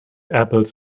apples